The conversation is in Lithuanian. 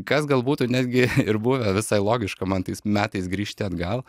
kas gal būtų netgi ir buvę visai logiška man tais metais grįžti atgal